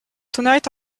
tonight